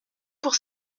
pour